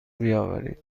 بیاورید